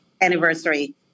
anniversary